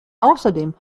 außerdem